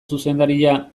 zuzendaria